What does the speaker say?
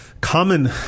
common